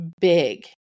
big